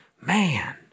man